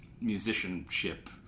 musicianship